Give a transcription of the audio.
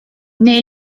nei